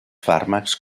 fàrmacs